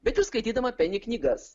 bet ir skaitydama peni knygas